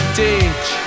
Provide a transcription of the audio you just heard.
ditch